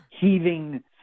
heaving